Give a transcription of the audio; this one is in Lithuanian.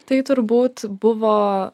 tai turbūt buvo